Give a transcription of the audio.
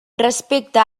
respecte